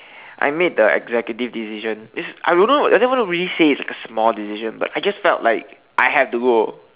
I made the executive decision it's I wouldn't I wouldn't really say it's like a small decision but I just felt like I have to go